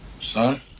Son